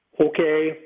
Okay